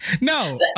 No